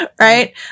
right